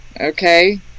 okay